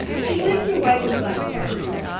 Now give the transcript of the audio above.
his legs were white with black spots on them.